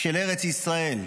של ארץ ישראל,